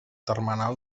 termenal